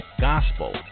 gospel